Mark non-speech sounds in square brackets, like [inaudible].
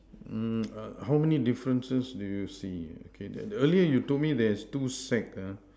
mm [noise] err how many differences do you see okay that earlier you told me there's two sack ah